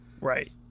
Right